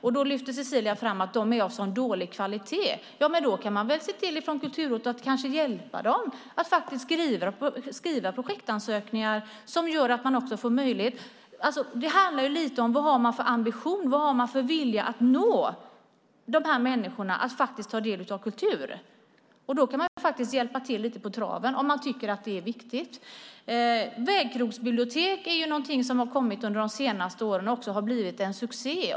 Cecilia lyfte fram att de är av så dålig kvalitet. Då kan väl Kulturrådet hjälpa till med att skriva projektansökningar på ett sätt som gör att man har möjlighet att få pengar. Det handlar om vad man har för ambition och vilja att få människorna att ta del av kulturen. Man kan hjälpa till lite på traven om man tycker att det är viktigt. Vägkrogsbibliotek är någonting som kommit under de senaste åren och blivit en succé.